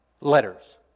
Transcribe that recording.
Letters